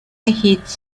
hits